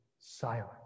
silent